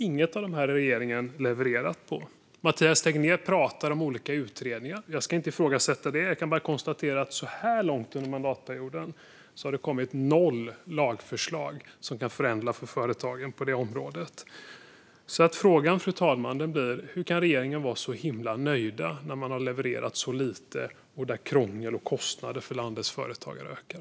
Inget av detta har regeringen levererat på. Mathias Tegnér pratar om olika utredningar. Jag ska inte ifrågasätta det. Jag kan bara konstatera att det så här långt under mandatperioden har kommit noll lagförslag som kan förändra för företagen på det området. Då, fru talman, blir frågan: Hur kan regeringen vara så himla nöjd när man har levererat så lite och när krångel och kostnader för landets företagare ökar?